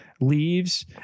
leaves